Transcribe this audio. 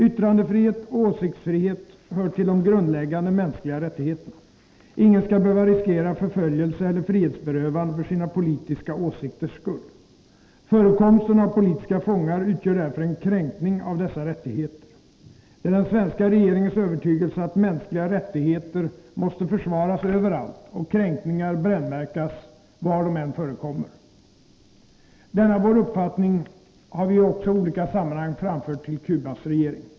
Yttrandefrihet och åsiktsfrihet hör till de grundläggande mänskliga rättigheterna. Ingen skall behöva riskera förföljelse eller frihetsberövande för sina politiska åsikters skull. Förekomsten av politiska fångar utgör därför en kränkning av dessa rättigheter. Det är den svenska regeringens övertygelse att mänskliga rättigheter måste försvaras överallt och kränkningar brännmärkas var de än förekommer. Denna vår uppfattning har vi också i olika sammanhang framfört till Cubas regering.